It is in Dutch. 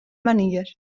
manier